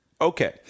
Okay